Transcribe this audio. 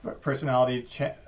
personality